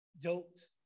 jokes